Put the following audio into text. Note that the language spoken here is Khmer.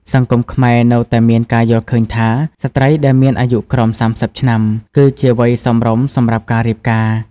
សង្គមខ្មែរនៅតែមានការយល់ឃើញថា ស្ត្រីដែលមានអាយុក្រោម ៣០ ឆ្នាំ គឺជា វ័យសមរម្យសម្រាប់ការរៀបការ។ ។